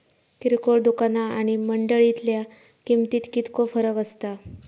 किरकोळ दुकाना आणि मंडळीतल्या किमतीत कितको फरक असता?